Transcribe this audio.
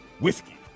whiskey